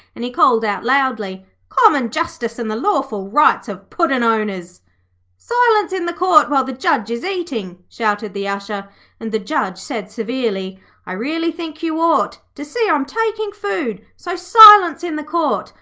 and he called out loudly common justice and the lawful rights of puddin'-owners silence in the court while the judge is eating shouted the usher and the judge said severely i really think you ought to see i'm taking food, so, silence in the court!